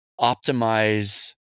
optimize